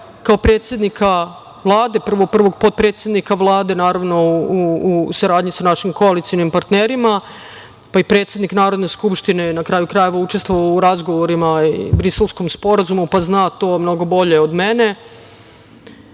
kao predsednika Vlade, prvo prvog potpredsednika Vlade, naravno, u saradnji sa našim koalicionim partnerima, pa i predsednik Narodne skupštine je na kraju krajeva učestvovao u razgovorima i Briselskom sporazumu pa zna to mnogo bolje od mene,